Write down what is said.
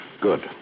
Good